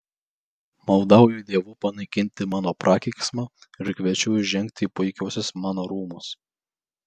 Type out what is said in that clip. maldauju dievų panaikinti mano prakeiksmą ir kviečiu įžengti į puikiuosius mano rūmus